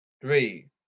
three